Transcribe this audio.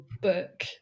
book